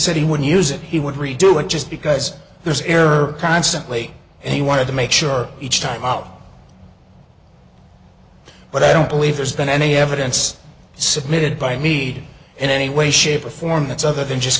said he would use it he would redoing just because there's air constantly and he wanted to make sure each time out but i don't believe there's been any evidence submitted by meade in any way shape or form that's other than just